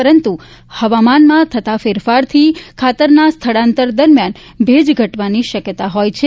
પરંતુ હવામાનમાં થતા ફેરફારથી ખાતરના સ્થળાંતર દરમિયાન ભેજ ઘટવાની શક્યતા હોય છે